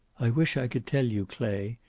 i wish i could tell you, clay,